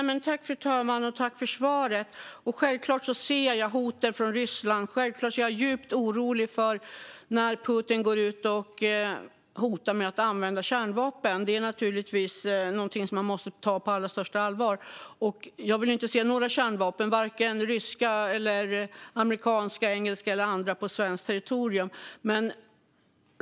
Fru talman! Tack, Peter Hultqvist, för svaret! Självklart ser jag hotet från Ryssland, och självklart är jag djupt orolig när Putin går ut och hotar med att använda kärnvapen. Det är naturligtvis någonting som man måste ta på allra största allvar. Jag vill inte se några kärnvapen, vare sig ryska, amerikanska, engelska eller andra, på svenskt territorium.